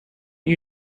you